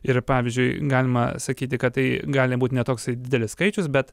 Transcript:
ir pavyzdžiui galima sakyti kad tai gali būt ne toksai didelis skaičius bet